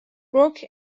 بروک